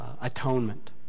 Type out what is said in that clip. Atonement